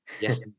Yes